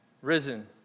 risen